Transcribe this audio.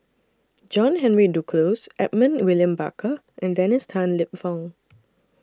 John Henry Duclos Edmund William Barker and Dennis Tan Lip Fong